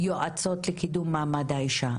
יועצות לקידום מעמד האישה?